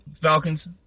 Falcons